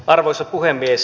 arvoisa puhemies